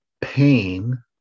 pain